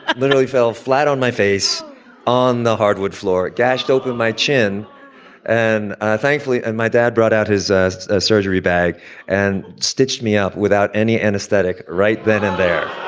ah literally fell flat on my face on the hardwood floor, gashed open my chin and ah thankfully, and my dad brought out his ah surgery bag and stitched me up without any anesthetic right then and there